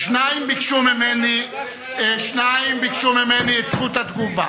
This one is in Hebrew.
שניים ביקשו ממני את זכות התגובה,